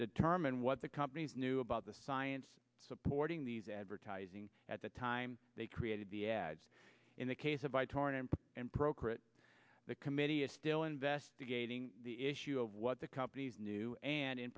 determine what the companies knew about the science supporting these advertising at the time they created the ads in the case of vytorin and procrit the committee is still investigating the issue of what the companies knew and in